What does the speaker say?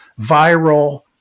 viral